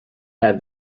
had